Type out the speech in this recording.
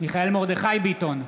מיכאל מרדכי ביטון,